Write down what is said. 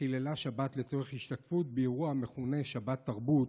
חיללה שבת לצורך השתתפות באירוע המכונה "שבתרבות",